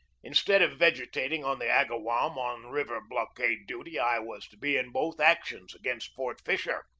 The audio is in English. instead of vegetating on the agawam on river blockade duty, i was to be in both actions against fort fisher,